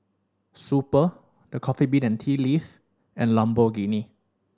Super The Coffee Bean and Tea Leaf and Lamborghini